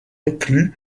inclut